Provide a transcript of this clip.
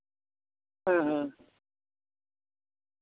ᱦᱩᱸ ᱦᱩᱸ